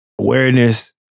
Awareness